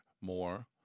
more